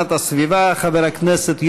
ישיבה 355, עמ' 30172, נספחות.] חברי הכנסת,